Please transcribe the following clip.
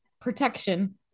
protection